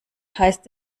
heißt